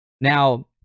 Now